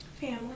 family